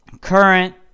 current